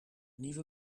nieuwe